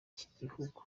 nk’igihugu